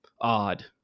odd